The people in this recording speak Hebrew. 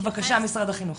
בבקשה משרד החינוך,